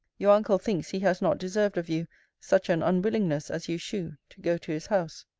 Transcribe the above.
your uncle thinks he has not deserved of you such an unwillingness as you shew to go to his house.